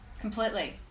completely